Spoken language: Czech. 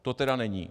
To tedy není!